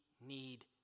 need